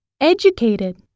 Educated